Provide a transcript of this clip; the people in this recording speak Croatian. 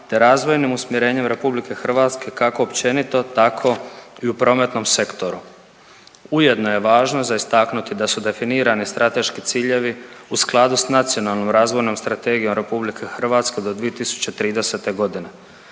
te razvojnim usmjerenjem Republike Hrvatske kako općenito, tako i u prometnom sektoru. Ujedno je važno za istaknuti, da su definirani strateški ciljevi u skladu sa Nacionalnom razvojnom strategijom Republike Hrvatske do 2030. godine.